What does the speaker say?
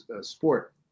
sport